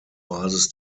basis